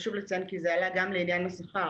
חשוב לציין כי זה היה גם לעניין השכר